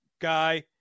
guy